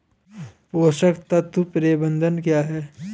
पोषक तत्व प्रबंधन क्या है?